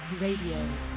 Radio